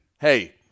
hey